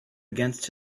against